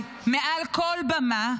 מעל כל במה,